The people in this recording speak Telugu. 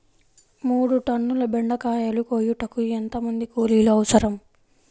మూడు టన్నుల బెండకాయలు కోయుటకు ఎంత మంది కూలీలు అవసరం?